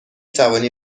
توانی